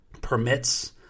permits